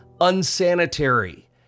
unsanitary